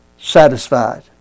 satisfied